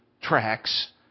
tracks